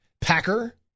Packer